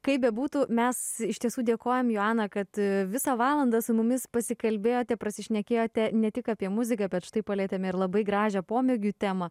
kaip bebūtų mes iš tiesų dėkojam joana kad visą valandą su mumis pasikalbėjote pasišnekėjote ne tik apie muziką bet štai palietėme ir labai gražią pomėgių temą